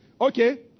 Okay